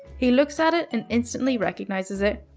he looks at it and instantly recognizes it.